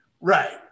Right